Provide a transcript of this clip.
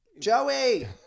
Joey